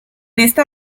esta